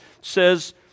says